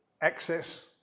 access